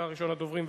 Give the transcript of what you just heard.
אתה ראשון הדוברים.